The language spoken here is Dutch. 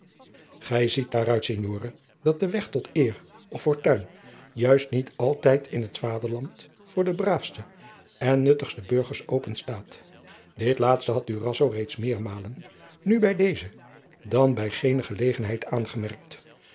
gij ziet daaruit signore dat de weg tot eer of fortuin juist niet altijd in het vaderland voor de braafste en nuttigste burgers openstaat dit laatste had durazzo reeds meermalen nu bij deze dan bij gene gelegenheid aangemerkt